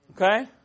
Okay